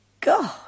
God